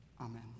amen